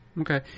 Okay